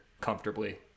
comfortably